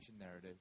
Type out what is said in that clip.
narrative